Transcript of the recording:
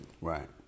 Right